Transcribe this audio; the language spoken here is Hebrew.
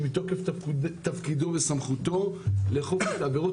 שמתוקף תפקידו וסמכותו לאכוף את עבירות